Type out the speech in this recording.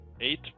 eight